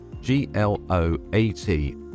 G-L-O-A-T